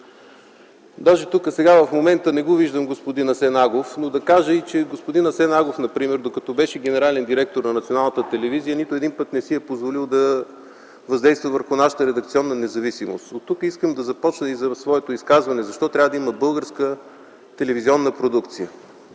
се променя. В момента не виждам тук господин Асен Агов, но ще кажа, че и той докато беше генерален директор на Националната телевизия, нито веднъж не си е позволил да въздейства върху нашата редакционна независимост. Оттук искам да започна своето изказване – защо трябва да има българска телевизионна продукция.